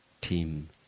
team